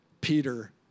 Peter